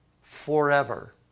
forever